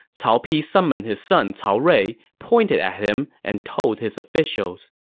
cao pi summoned his son cao rui, pointed at him, and told his officials,